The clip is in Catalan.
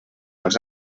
als